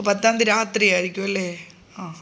പത്താം തീയ്യതി രാത്രി ആയിരിക്കൂം അല്ലേ ആ